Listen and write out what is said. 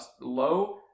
low